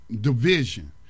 division